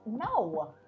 no